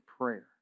prayer